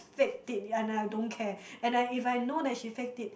faked it and I don't care and I if I know that she faked it